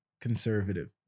conservative